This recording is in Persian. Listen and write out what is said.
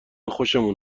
خوشمون